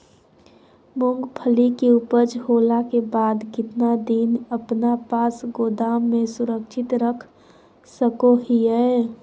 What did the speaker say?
मूंगफली के ऊपज होला के बाद कितना दिन अपना पास गोदाम में सुरक्षित रख सको हीयय?